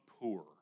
poor